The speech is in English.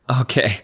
okay